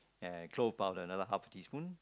and chow powder another half teaspoon